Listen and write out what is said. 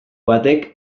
batek